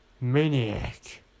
maniac